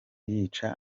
yica